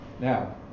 Now